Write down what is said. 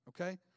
okay